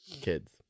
kids